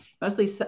mostly